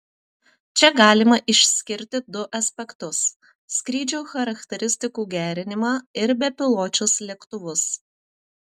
čia galima išskirti du aspektus skrydžio charakteristikų gerinimą ir bepiločius lėktuvus